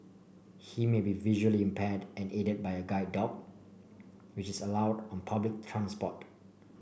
he may be visually impaired and aided by a guide dog which is allowed on public transport